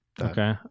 Okay